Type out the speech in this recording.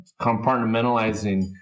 compartmentalizing